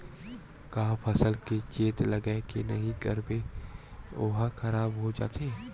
का फसल के चेत लगय के नहीं करबे ओहा खराब हो जाथे?